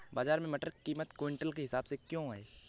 बाजार में मटर की कीमत क्विंटल के हिसाब से क्यो है?